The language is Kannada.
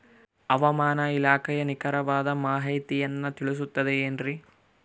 ಹವಮಾನ ಇಲಾಖೆಯ ನಿಖರವಾದ ಮಾಹಿತಿಯನ್ನ ತಿಳಿಸುತ್ತದೆ ಎನ್ರಿ?